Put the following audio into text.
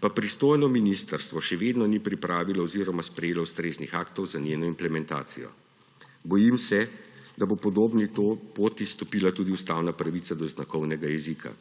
pa pristojno ministrstvo še vedno ni pripravilo oziroma sprejelo ustreznih aktov za njeno implementacijo. Bojim se, da bo po podobni poti stopila tudi ustavna pravica do znakovnega jezika.